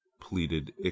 pleaded